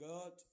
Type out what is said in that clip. God